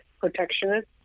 protectionist